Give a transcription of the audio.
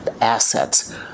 assets